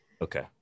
Okay